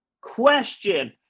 Question